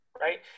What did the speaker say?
right